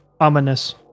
ominous